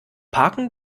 parken